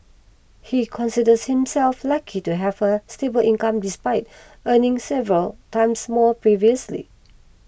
he considers himself lucky to have a stable income despite earning several times more previously